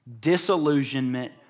disillusionment